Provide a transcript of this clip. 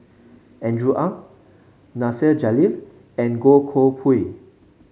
Andrew Ang Nasir Jalil and Goh Koh Pui